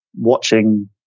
watching